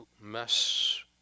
mess